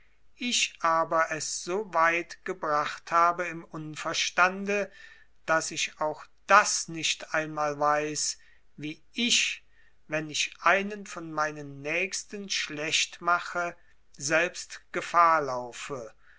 ich aber es so weit gebracht habe im unverstande daß ich auch das nicht einmal weiß wie ich wenn ich einen von meinen nächsten schlecht mache selbst gefahr laufe